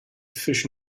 fisch